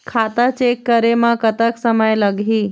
खाता चेक करे म कतक समय लगही?